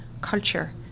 culture